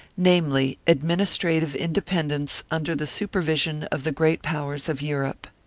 namely, administrative independence under the supervision of the great powers of europe.